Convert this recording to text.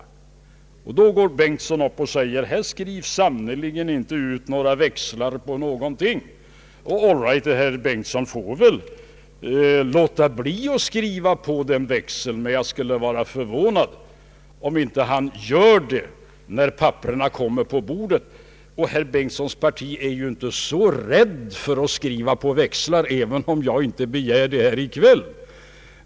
Då går herr Bengtson upp i talarstolen och förklarar att här skrivs sannerligen inte ut några växlar på någonting. All right, herr Bengtson får väl låta bli att skriva på den växeln, men jag skulle vara förvånad om han inte gör det när papperen kommer på bordet. Herr Bengtsons parti visar ju inte någon rädsla för att skriva på växlar, även om jag inte begär det här i kväll.